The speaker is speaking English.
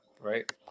Right